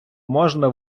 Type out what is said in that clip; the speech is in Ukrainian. можна